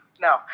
no